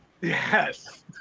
Yes